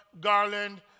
Garland